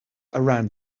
around